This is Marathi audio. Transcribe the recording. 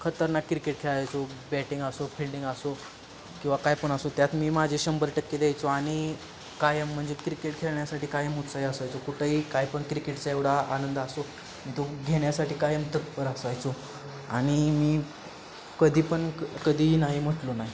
खतरनाक क्रिकेट खेळायचो बॅटिंग असो फिल्डिंग असो किंवा काही पण असो त्यात मी माझे शंभर टक्के द्यायचो आणि कायम म्हणजे क्रिकेट खेळण्यासाठी कायम उत्साही असायचो कुठंही काही पण क्रिकेटचा एवढा आनंद असो तो घेण्यासाठी कायम तत्पर असायचो आणि मी कधी पण क कधीही नाही म्हटलो नाही